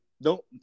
No